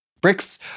Bricks